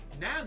Now